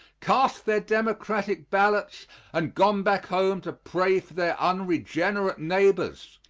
cast their democratic ballots and gone back home to pray for their unregenerate neighbors,